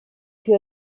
più